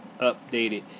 updated